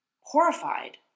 horrified